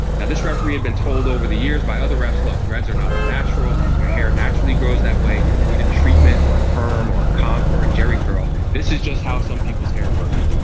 now this referee had been told over the years by other refs look dreads are not a natural your hair and actually goes that way you don't need a treatment or a perm or a cock or a jerry curl. this is just how some people's hair grows.